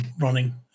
running